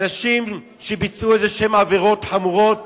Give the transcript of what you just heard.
אנשים שביצעו עבירות חמורות